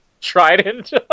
trident